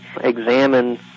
examine